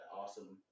awesome